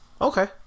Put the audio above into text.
Okay